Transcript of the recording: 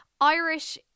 Irish